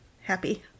happy